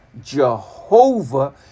Jehovah